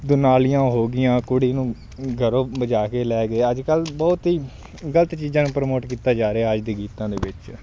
ਦੁਨਾਲੀਆਂ ਹੋ ਗਈਆਂ ਕੁੜੀ ਨੂੰ ਘਰੋਂ ਭਜਾ ਕੇ ਲੈ ਗਿਆ ਅੱਜ ਕੱਲ੍ਹ ਬਹੁਤ ਹੀ ਗਲਤ ਚੀਜ਼ਾਂ ਨੂੰ ਪ੍ਰਮੋਟ ਕੀਤਾ ਜਾ ਰਿਹਾ ਅੱਜ ਦੇ ਗੀਤਾਂ ਦੇ ਵਿੱਚ